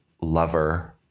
lover